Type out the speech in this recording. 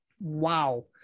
Wow